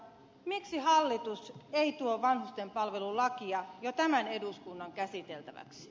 miksi hallitus ei tuo vanhustenpalvelulakia jo tämän eduskunnan käsiteltäväksi